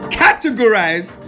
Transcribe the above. categorize